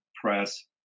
press